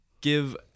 give